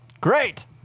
Great